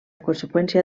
conseqüència